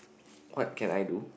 what can I do